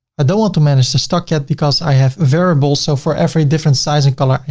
don't want to manage the stock yet because i have variable, so for every different size and color,